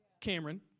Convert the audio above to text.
Cameron